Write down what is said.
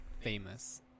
famous